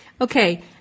Okay